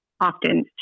often